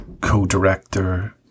co-director